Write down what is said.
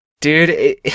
Dude